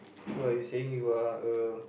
so like you saying you are a